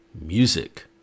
music